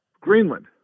Greenland